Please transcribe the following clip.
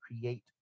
create